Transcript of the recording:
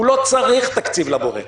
הוא לא צריך תקציב לבוחר.